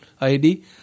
ID